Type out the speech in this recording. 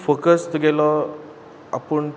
तूं फॉकस तुगेलो आपूण